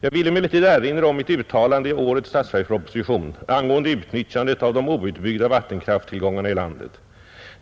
Jag vill emellertid erinra om mitt uttalande i årets statsverksproposition angående utnyttjandet av de outbyggda vattenkrafttillgångarna i landet.